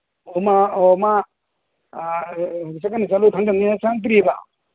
ꯑꯣ ꯃꯥ ꯆꯠꯀꯅꯤ ꯆꯠꯂꯣꯏ ꯈꯪꯗꯝꯅꯤꯅ ꯆꯪꯉꯛꯇ꯭ꯔꯤꯌꯦꯕ